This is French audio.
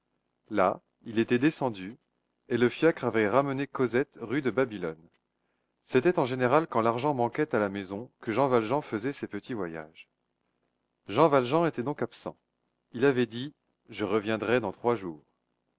là il était descendu et le fiacre avait ramené cosette rue de babylone c'était en général quand l'argent manquait à la maison que jean valjean faisait ces petits voyages jean valjean était donc absent il avait dit je reviendrai dans trois jours